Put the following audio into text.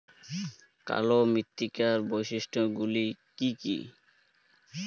কালো মৃত্তিকার বৈশিষ্ট্য গুলি কি কি?